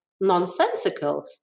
nonsensical